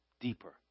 deeper